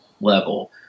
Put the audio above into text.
level